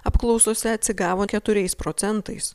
apklausose atsigavo keturiais procentais